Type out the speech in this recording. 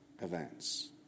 events